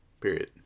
period